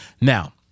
Now